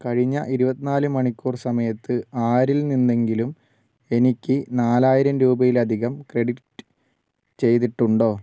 കഴിഞ്ഞ ഇരുപത്തിനാല് മണിക്കൂർ സമയത്ത് ആരിൽ നിന്നെങ്കിലും എനിക്ക് നാലായിരം രൂപയിലധികം ക്രെഡിറ്റ് ചെയ്തിട്ടുണ്ടോ